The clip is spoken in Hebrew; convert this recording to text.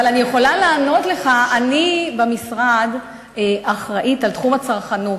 אבל אני יכולה להגיד לך שאני במשרד אחראית על תחום הצרכנות.